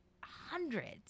hundreds